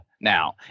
now